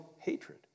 hatred